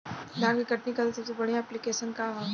धान के कटनी खातिर सबसे बढ़िया ऐप्लिकेशनका ह?